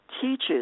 teaches